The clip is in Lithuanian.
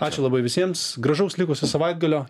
ačiū labai visiems gražaus likusio savaitgalio